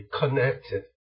connected